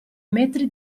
metri